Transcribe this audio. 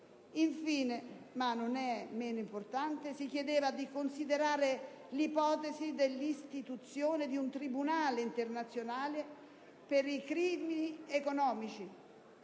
Infine, ma non è meno importante, si chiedeva di considerare l'ipotesi dell'istituzione di un tribunale internazionale per i crimini economici.